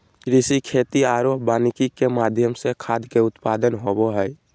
कृषि, खेती आरो वानिकी के माध्यम से खाद्य के उत्पादन होबो हइ